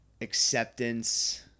acceptance